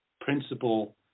principal